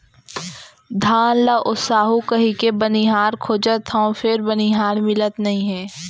धान ल ओसाहू कहिके बनिहार खोजत हँव फेर बनिहार मिलत नइ हे